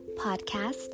podcast